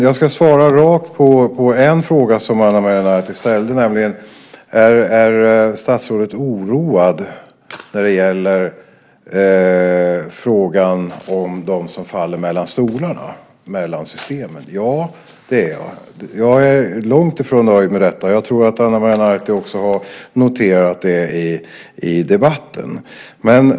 Jag ska svara rakt på en fråga som Ana Maria Narti ställde, nämligen: Är statsrådet oroad när det gäller dem som faller mellan stolarna, mellan systemen? Ja, det är jag. Jag är långt ifrån nöjd med detta. Jag tror att Ana Maria Narti också har noterat det i debatten.